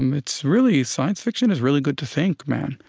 um it's really science fiction is really good to think, man.